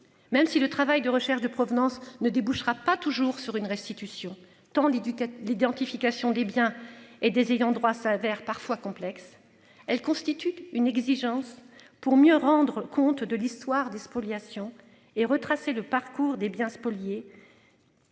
Même si le travail de recherche de provenance ne débouchera pas toujours sur une restitution tant l'éducateur l'identification des biens et des ayants droit s'avère parfois complexes. Elle constitue une exigence pour mieux rendre compte de l'histoire des spoliations et retracer le parcours des biens spoliés.